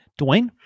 Dwayne